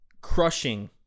crushing